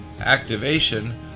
activation